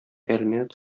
әлмәт